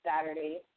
Saturday